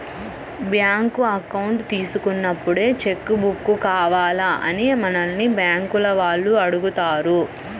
bank account తీసుకున్నప్పుడే cheque book కావాలా అని మనల్ని బ్యేంకుల వాళ్ళు అడుగుతారు